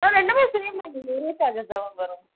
ஆ ரெண்டுமே சேம் தான் மேம் ஒரே சார்ஜஸ் தான் மேம் வரும்